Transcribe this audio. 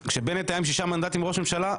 אבל כשבנט היה עם שישה מנדטים ראש ממשלה,